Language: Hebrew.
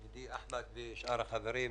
ידידי אחמד טיבי ושאר החברים,